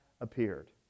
appeared